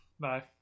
bye